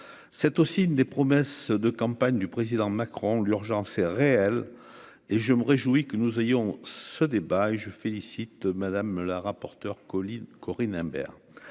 c'est aussi une des promesses de campagne du président Macron l'urgence est réelle et je me réjouis que nous ayons ce débat et je félicite Madame la rapporteure Colin Corinne Imbert,